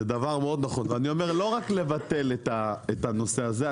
זה דבר מאוד נכון ואני אומר לא רק לבטל את הנושא הזה,